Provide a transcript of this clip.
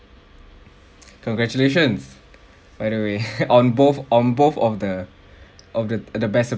congratulations by the way on both on both of the of the the best o~